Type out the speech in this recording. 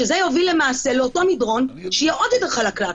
שזה יוביל לאותו מדרון שיהיה עוד יותר חלקלק.